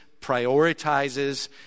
prioritizes